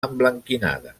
emblanquinada